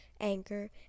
Anchor